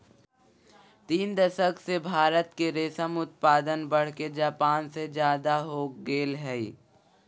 तीन दशक से भारत के रेशम उत्पादन बढ़के जापान से ज्यादा हो गेल हई